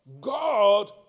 God